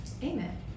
Amen